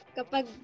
kapag